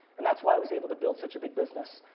and that's why i was able to build such a big business.